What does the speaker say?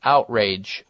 Outrage